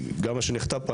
גם מה שנכתב פה,